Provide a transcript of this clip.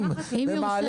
אם במעלה